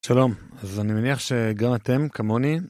שלום, אז אני מניח שגם אתם כמוני.